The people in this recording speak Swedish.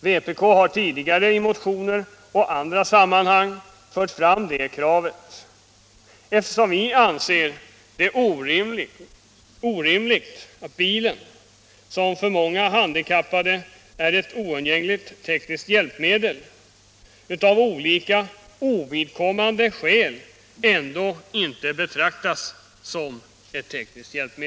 Vpk har tidigare i motioner och i andra sammanhang fört fram det kravet, eftersom vi anser det orimligt att bilen, som för många handikappade är ett oundgängligt tekniskt hjälpmedel, av olika ovidkommande skäl ändå inte betraktas som ett sådant.